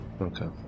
Okay